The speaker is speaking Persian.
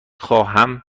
خواهمم